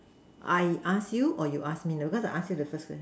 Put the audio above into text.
I ask you or you ask me now cos I ask you the first one